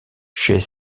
chez